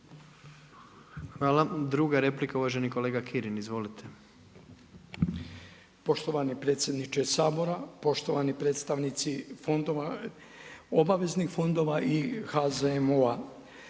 Hvala. Druga replika uvaženi kolega Kirin. Izvolite. **Kirin, Ivan (HDZ)** Poštovani predsjedniče Sabora, poštovani predstavnici fondova, obaveznih fondova i HZMO-a.